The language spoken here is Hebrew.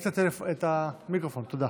תודה.